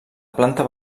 planta